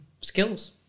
skills